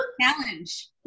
challenge